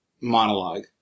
monologue